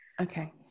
okay